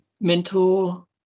mentor